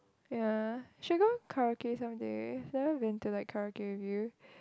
ya should go karaoke someday never been to like karaoke with you